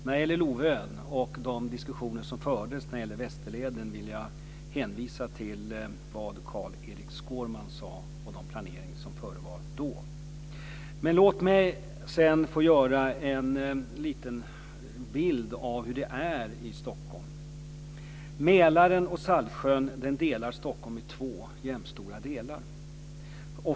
När det gäller Lovön och diskussionerna om Västerleden, vill jag hänvisa till vad Carl-Erik Skårman sade om planeringen. Låt mig få ge en bild av hur det är i Stockholm. Mälaren och Saltsjön delar Stockholm i två jämnstora delar.